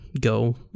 go